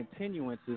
continuances